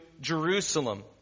Jerusalem